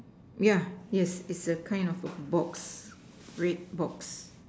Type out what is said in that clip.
yeah yes it's a kind of a box red box